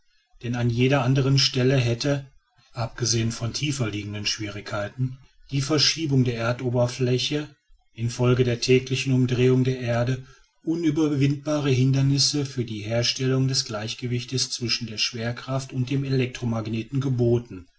denn an jeder andern stelle hätte abgesehen von tieferliegenden schwierigkeiten die verschiebung der erdoberfläche infolge der täglichen umdrehung der erde unüberwindbare hindernisse für die herstellung des gleichgewichts zwischen der schwerkraft und dem elektromagneten geboten